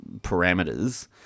parameters